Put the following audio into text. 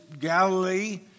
Galilee